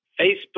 Facebook